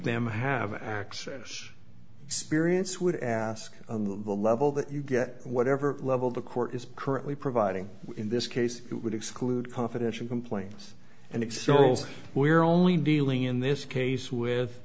them have access spirits would ask the level that you get whatever level the court is currently providing in this case it would exclude confidential complains and extols we're only dealing in this case with